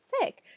sick